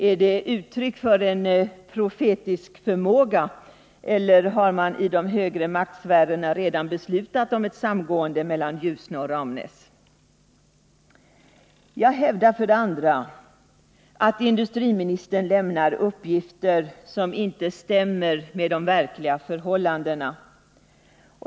Är det uttryck för en profetisk förmåga eller har man i de högre maktsfärerna redan beslutat om ett samgående mellan Ljusne och Ramnäs? Jag hävdar, för det andra, att industriministern lämnar uppgifter som inte stämmer med de verkliga förhållandena.